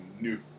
new